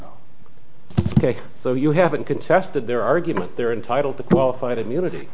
it ok so you haven't contested their argument they're entitled to qualified immunity